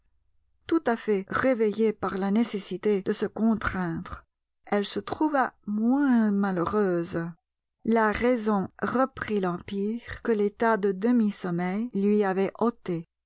tout à fait réveillée par la nécessité de se contraindre elle se trouva moins malheureuse la raison reprit l'empire que l'état de demi-sommeil lui avait ôté